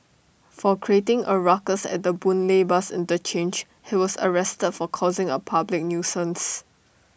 for creating A ruckus at the boon lay bus interchange he was arrested for causing A public nuisance